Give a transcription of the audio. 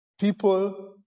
people